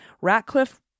Ratcliffe